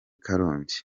karongi